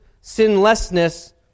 sinlessness